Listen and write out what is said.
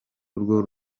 urwo